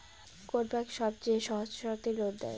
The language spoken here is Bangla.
কোন ব্যাংক সবচেয়ে সহজ শর্তে লোন দেয়?